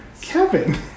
Kevin